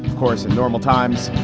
of course, in normal times,